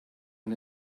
and